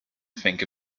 think